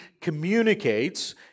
communicates